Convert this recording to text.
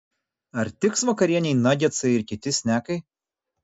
ar tiks vakarienei nagetsai ir kiti snekai